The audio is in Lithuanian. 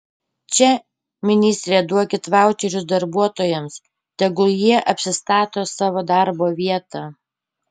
čia ministre duokit vaučerius darbuotojams tegul jie apsistato savo darbo vietą